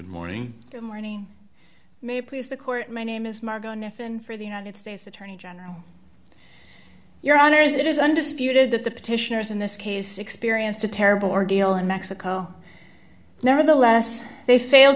good morning may please the court my name is margot neff and for the united states attorney general your honor is it is undisputed that the petitioners in this case experienced a terrible ordeal in mexico nevertheless they failed